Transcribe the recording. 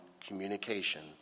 communication